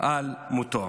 על מותו.